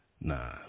Nah